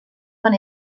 van